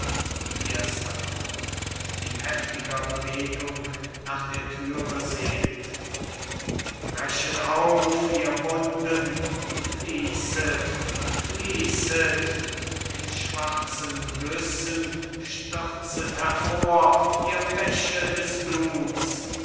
erster chor cajetan in heftiger bewegung nach der thüre sehend brechet auf ihr wunden fließet fließet in schwarzen güssen stürzet hervor ihr bäche des bluts